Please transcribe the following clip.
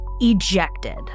Ejected